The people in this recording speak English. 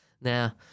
Now